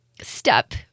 step